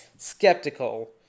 skeptical